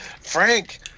Frank